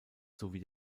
sowie